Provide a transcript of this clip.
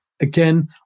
again